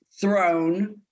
throne